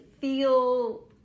feel